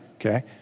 Okay